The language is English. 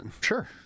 Sure